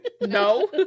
No